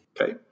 okay